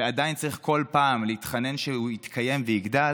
ועדיין צריך כל פעם להתחנן שהוא יתקיים ויגדל,